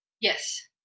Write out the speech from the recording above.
Yes